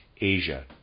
Asia